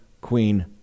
queen